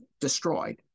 destroyed